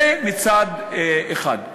זה מצד אחד.